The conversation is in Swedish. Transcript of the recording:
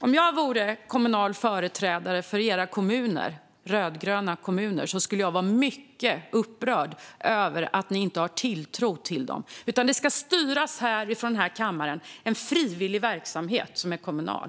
Om jag vore kommunal företrädare i en rödgrön kommun skulle jag vara mycket upprörd över att ni inte har tilltro till mig utan ska styra från den här kammaren över en frivillig verksamhet som är kommunal.